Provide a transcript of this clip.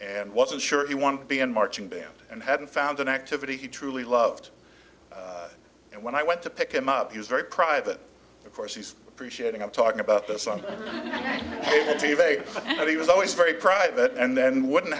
and wasn't sure he wanted to be in marching band and hadn't found an activity he truly loved and when i went to pick him up he was very private of course he's appreciating up talking about this on t v a but he was always very private and then wouldn't